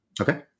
Okay